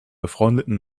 befreundeten